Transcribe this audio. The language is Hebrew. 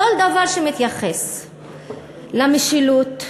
כל דבר שמתייחס למשילות,